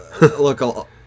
look